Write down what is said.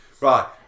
Right